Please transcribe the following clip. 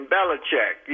Belichick